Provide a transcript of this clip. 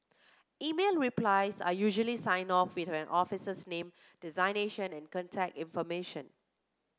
email replies are usually signed off with an officer's name designation and contact information